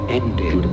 ended